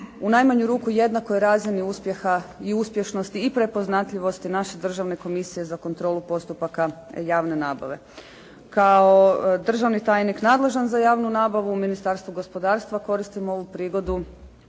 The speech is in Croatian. u najmanju ruku jednakoj razini uspjeha i uspješnosti i prepoznatljivosti naše Državne komisije za kontrolu postupaka javne nabave. Kao državni tajnik nadležan za javnu nabavu u Ministarstvu gospodarstva, korisnim ovu prigodu